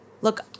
Look